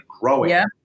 growing